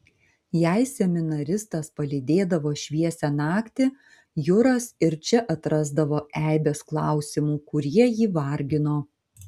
jei seminaristas palydėdavo šviesią naktį juras ir čia atrasdavo eibes klausimų kurie jį vargino